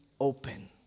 open